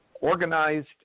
organized